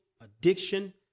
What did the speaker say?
addiction